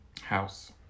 House